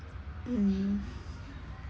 mm